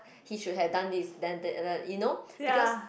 he should have done this done that uh you know because